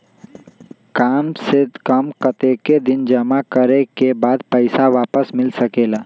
काम से कम कतेक दिन जमा करें के बाद पैसा वापस मिल सकेला?